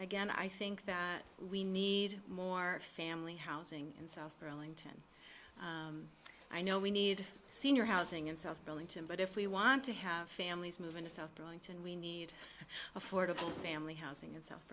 again i think that we need more family housing in south burlington i know we need senior housing in south burlington but if we want to have families move into south burlington we need affordable family housing